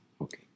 okay